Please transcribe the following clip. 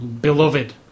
beloved